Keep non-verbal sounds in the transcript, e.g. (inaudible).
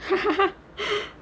(laughs)